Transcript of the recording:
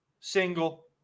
single